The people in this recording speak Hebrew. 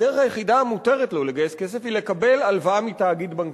הדרך היחידה המותרת לו לגייס כסף היא לקבל הלוואה מתאגיד בנקאי.